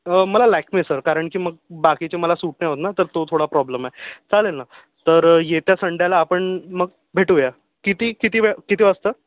मला लॅक्मे सर कारण की मग बाकीचे मला सूट नाही होत ना तर तो थोडा प्रॉब्लेम आहे चालेल ना तर येत्या संडेला आपण मग भेटूया किती किती वे किती वाजता